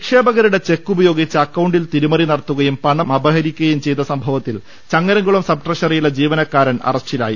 നിക്ഷേപകരുടെ ചെക്ക് ഉപയോഗിച്ച് അക്കൌണ്ടിൽ തിരിമറി നടത്തുകയും പണമപഹരിക്കുകയും ചെയ്ത സംഭവത്തിൽ ചങ്ങരംകുളം സബ്ട്രഷറിയിലെ ജീവനക്കാരൻ അറസ്റ്റിലായി